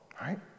right